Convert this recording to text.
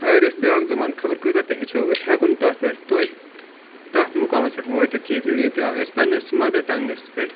اَگَر أسۍ بیاکھ زبان خَبَر کۭژاہ تہِ ہیٚچھو أسۍ ہیٚکو نہٕ تَتھ پیٹھ توتہِ تَتھ مُقامَس پیٹھ وٲتِتھ ییٚتہِ أسۍ پَننِس مَدَر ٹَنٛگَس پیٚٹھ